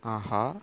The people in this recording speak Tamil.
ஆஹா